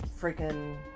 freaking